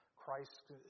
Christ